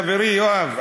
חברי יואב,